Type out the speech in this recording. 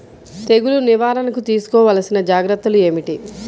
తెగులు నివారణకు తీసుకోవలసిన జాగ్రత్తలు ఏమిటీ?